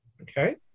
okay